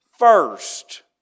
First